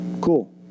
cool